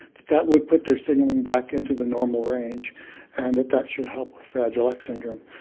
that that would put their signalling back into the normal range and that that should help with fragile x syndrome.